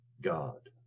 God